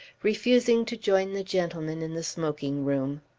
refusing to join the gentlemen in the smoking-room.